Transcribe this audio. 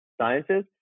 sciences